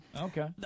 Okay